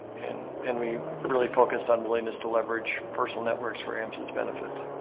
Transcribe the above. and and we really focused on willingness to leverage personal networks for ams's benefit